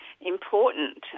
important